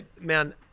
man